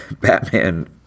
Batman